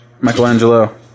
Michelangelo